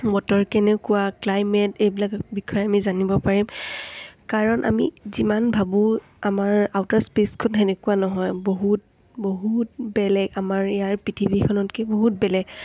বতৰ কেনেকুৱা ক্লাইমেট এইবিলাক বিষয়ে আমি জানিব পাৰিম কাৰণ আমি যিমান ভাবোঁ আমাৰ আউটাৰ স্পেচখন সেনেকুৱা নহয় বহুত বহুত বেলেগ আমাৰ ইয়াৰ পৃথিৱীখনতকৈ বহুত বেলেগ